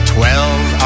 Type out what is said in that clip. Twelve